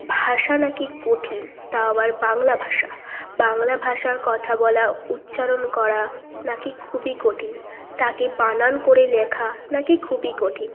ভাষা না কি কঠিন তাও আবার বাংলা ভাষা বাংলা ভাষার কথা বলা উচ্চারণ করা না কি খুবই কঠিন তাকে বানান করে লেখা না কি খুবই কঠিন